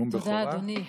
תודה, אדוני.